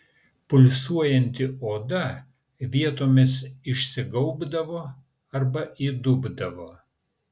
pulsuojanti oda vietomis išsigaubdavo arba įdubdavo